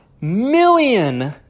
million